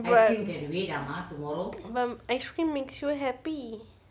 ya but ice cream makes you happy